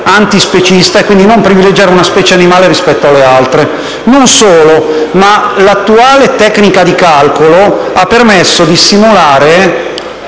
antispecista e quindi non privilegiare una specie animale rispetto alle altre. Non solo, ma l'attuale tecnica di calcolo ha permesso di simulare